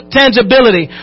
tangibility